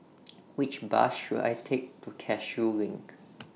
Which Bus should I Take to Cashew LINK